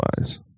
otherwise